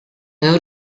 non